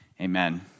Amen